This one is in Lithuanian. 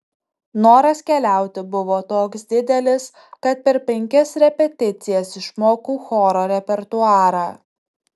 noras keliauti buvo toks didelis kad per penkias repeticijas išmokau choro repertuarą